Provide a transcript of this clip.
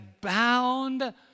bound